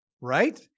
right